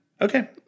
Okay